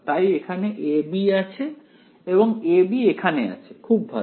তাই এখানে a b আছে এবং a b এখানে আছে খুব ভালো